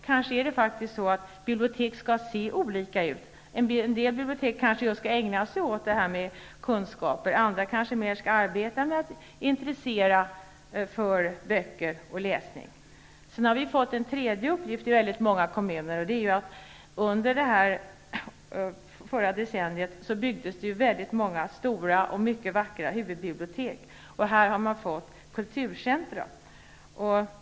Kanske skall biblioteken se olika ut. En del bibliotek skall kanske ägna sig åt kunskapsaktiviteter, medan andra kanske skall ägna sig mer åt att intressera människor för böcker och läsning. Många kommuner har även fått en tredje uppgift som hänger samman med att det under det förra decenniet byggdes väldigt många stora och mycket vackra huvudbibliotek. I dessa har man fått kulturcentrum.